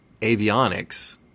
Avionics